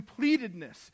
completedness